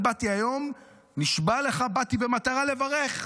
אני באתי היום במטרה לברך ------ ברור.